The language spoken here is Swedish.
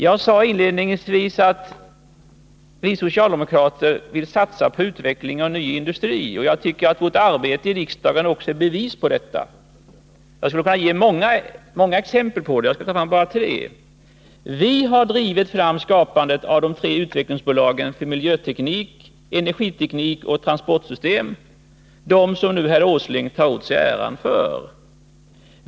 Jag sade inledningsvis att vi socialdemokrater vill satsa på utveckling av ny industri, och jag tycker att vårt arbete i riksdagen också är ett bevis för detta. Jag skulle kunna ge många exempel på det, men jag skall anföra bara tre. Vi har drivit fram skapandet av de tre utvecklingsbolagen för miljöteknik, energiteknik och transportsystem, de som herr Åsling nu tar åt sig äran för.